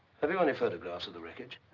have you any photographs of the wreckage?